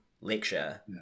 lecture